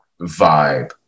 vibe